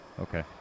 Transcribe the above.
Okay